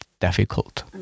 difficult